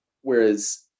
Whereas